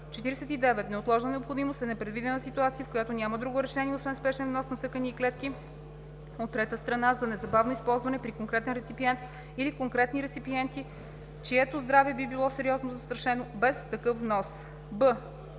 49. „Неотложна необходимост“ е непредвидена ситуация, в която няма друго решение освен спешен внос на тъкани и клетки от трета държава за незабавно използване при конкретен реципиент или конкретни реципиенти, чието здраве би било сериозно застрашено без такъв внос.“